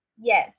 Yes